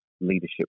leadership